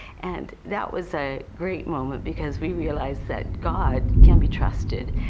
and that was a great moment because we realized that god can be trusted.